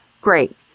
Great